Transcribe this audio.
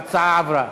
ההצעה עברה.